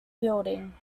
building